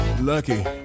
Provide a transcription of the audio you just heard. lucky